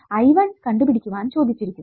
I1 കണ്ടുപിടിക്കുവാൻ ചോദിച്ചിരിക്കുന്നു